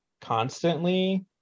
constantly